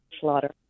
slaughter